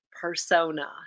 persona